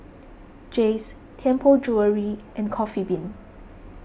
Jays Tianpo Jewellery and Coffee Bean